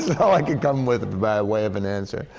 yeah all i could come with, by way of an answer.